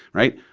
right.